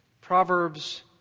Proverbs